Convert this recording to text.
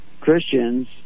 Christians